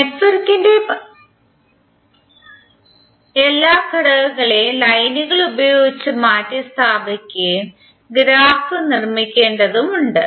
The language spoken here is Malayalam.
നെറ്റ്വർക്കിന്റെ എല്ലാ ഘടകങ്ങളെയും ലൈനുകൾ ഉപയോഗിച്ച് മാറ്റിസ്ഥാപിക്കുന്ന ഗ്രാഫ് നിർമ്മിക്കേണ്ടതുണ്ട്